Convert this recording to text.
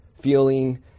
feeling